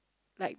like